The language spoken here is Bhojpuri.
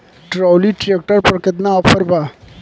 ट्राली ट्रैक्टर पर केतना ऑफर बा?